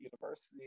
university